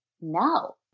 no